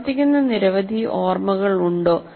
പ്രവർത്തിക്കുന്ന നിരവധി ഓർമ്മകൾ ഉണ്ടോ